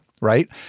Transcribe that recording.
right